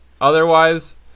Otherwise